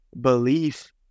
belief